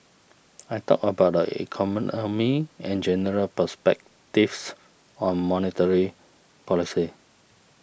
I talked about the economy and general perspectives on monetary policy